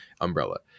umbrella